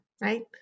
right